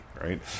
right